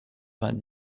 vingt